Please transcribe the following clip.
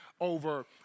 over